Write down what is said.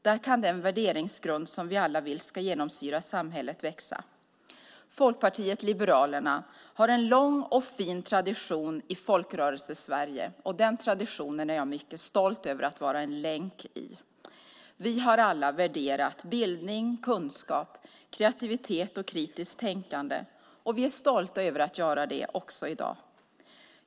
Där kan den värderingsgrund som vi alla vill ska genomsyra samhället växa. Folkpartiet liberalerna har en lång och fin tradition i Folkrörelse-Sverige och den traditionen är jag mycket stolt över att vara en länk i. Vi har alla värderat bildning, kunskap, kreativitet och kritiskt tänkande, och vi är stolta över att göra det också i dag.